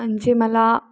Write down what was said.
आणि जे मला